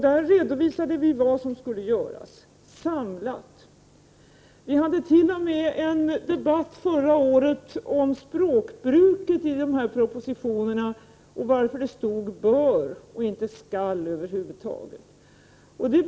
Där redovisade vi samlat vad som skulle göras. Vi hade t.o.m. en debatt förra året om språkbruket i 29 dessa propositioner och varför det stod ”bör” och inte ”skall” över huvud taget.